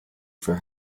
for